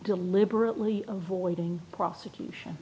deliberately avoiding prosecution